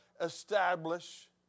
establish